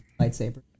lightsaber